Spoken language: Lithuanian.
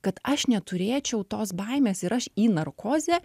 kad aš neturėčiau tos baimės ir aš į narkozę